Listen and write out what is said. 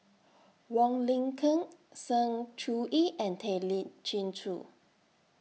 Wong Lin Ken Sng Choon Yee and Tay Lee Chin Joo